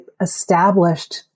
established